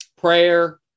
prayer